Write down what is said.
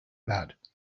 bad